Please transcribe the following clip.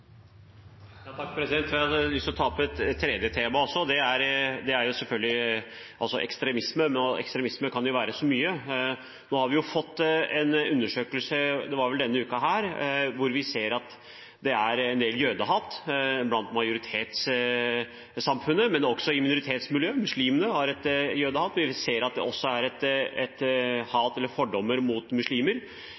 Jeg har lyst til å ta opp et tredje tema også, og det er selvfølgelig ekstremisme. Ekstremisme kan være så mye. Nå har vi fått en undersøkelse – det var vel denne uken – hvor vi ser at det er en del jødehat i majoritetssamfunnet, men også i minoritetsmiljøer. Muslimene har et jødehat, men vi ser at det også er